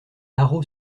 haro